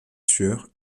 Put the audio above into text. sueur